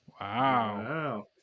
Wow